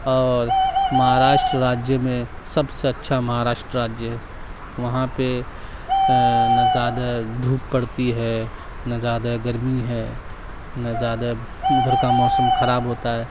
اور مہاراشٹر راجیہ میں سب سے اچھا مہاراشٹ راجیہ ہے وہاں پہ نہ زیادہ دھوپ پڑتی ہے نہ زیادہ گرمی ہے نہ زیادہ ادھر کا موسم خراب ہوتا ہے